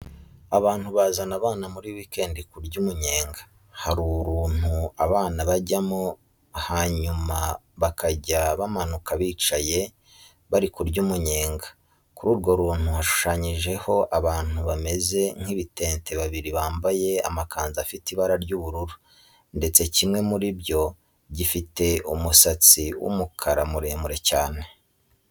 Ahantu bazana abana muri weekend kurya umunyenga, hari uruntu abana bajyamo hanyuma bakajya bamanuka bicaye bari kurya umunyega. Kuri urwo runtu hashushanyijeho abantu bameze nk'ibitente babiri bambaye amakanzu afite ibara ry'ubururu ndetse kimwe muri byo gifite umusatsi w'umukara muremure cyane.